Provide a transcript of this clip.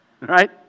Right